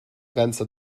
ganzen